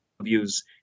views